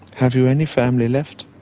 have you any family left?